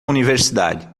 universidade